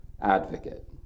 advocate